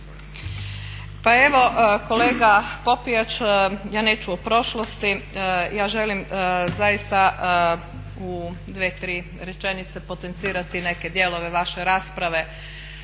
Pa evo kolega Popijač ja neću o prošlosti, ja želim zaista u dvije-tri rečenice potencirati neke dijelove vaše rasprave.